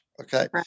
okay